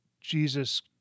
Jesus